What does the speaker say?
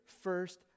first